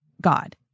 God